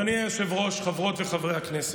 אדוני היושב-ראש, חברות וחברי הכנסת,